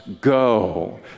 go